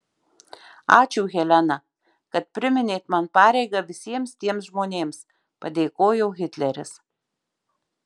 ačiū helena kad priminėt man pareigą visiems tiems žmonėms padėkojo hitleris